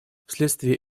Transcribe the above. вследствие